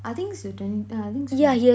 I think certain uh I think so